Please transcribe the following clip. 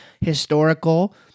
historical